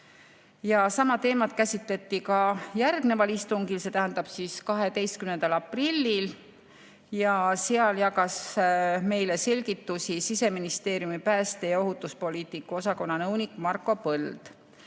Sama teemat käsitleti ka järgmisel istungil, see tähendab 12. aprillil. Seal jagas meile selgitusi Siseministeeriumi pääste- ja ohutuspoliitika osakonna nõunik Marko Põld.